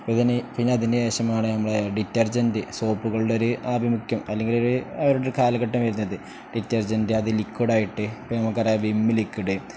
ഇതിന് പിന്നെ അതിന് ശേഷമാണ് നമ്മൾ ഡിറ്റർജൻ്റ് സോപ്പുകളുടെ ഒരു ആഭിമുഖ്യം അല്ലെങ്കിൽ ഒരു അവരുടെ ഒരു കാലഘട്ടം വരുന്നത് ഡിറ്റർജൻറ് അത് ലിക്വിഡ ആയിട്ട് പിന്നെ നമുക്ക് അറിയാം വിമ്മ് ലിക്വിഡ്